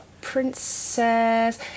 Princess